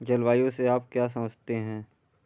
जलवायु से आप क्या समझते हैं?